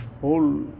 whole